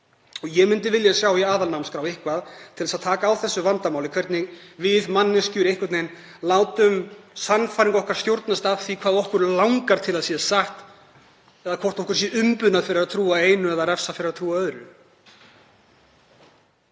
Ég myndi vilja sjá í aðalnámskrá eitthvað til að taka á þessu vandamáli, hvernig við manneskjur látum sannfæringu okkar stjórnast af því hvað okkur langar til að sé satt eða hvort okkur er umbunað fyrir að trúa einu eða refsað fyrir að trúa öðru.